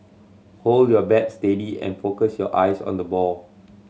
hold your bat steady and focus your eyes on the ball